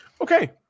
Okay